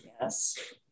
Yes